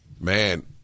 man